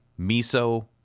miso